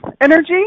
energy